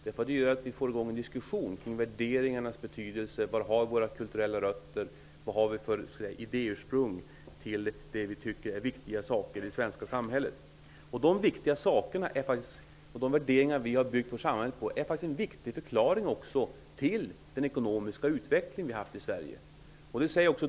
Den gör att vi får igång en diskussion om värderingarnas betydelse och om var vi har våra kulturella rötter och vad som är idéursprung till det vi tycker är viktigt i det svenska samhället. De värderingar vi har byggt samhället på är en viktig förklaring till den ekonomiska utvecklingen i Sverige.